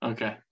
Okay